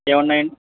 ఏమి ఉన్నాయి అండి